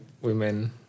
women